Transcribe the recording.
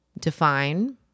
define